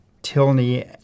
Tilney